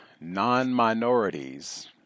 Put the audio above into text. non-minorities